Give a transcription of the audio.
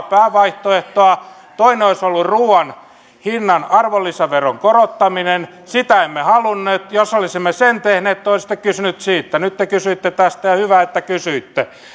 päävaihtoehtoa toinen olisi ollut ruuan hinnan arvonlisäveron korottaminen sitä emme halunneet jos olisimme sen tehneet te olisitte kysynyt siitä nyt te kysyitte tästä ja hyvä että kysyitte